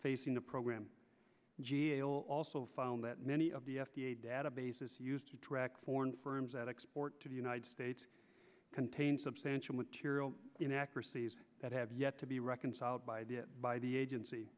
facing the program also found that many of the f d a databases used to track foreign firms that export to the united states contain substantial material inaccuracies that have yet to be reconciled by the by the agency